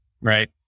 right